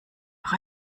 auch